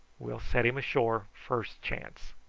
we'll set him ashore first chance.